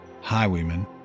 highwaymen